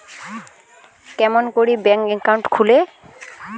কেমন করি bank account খুলে?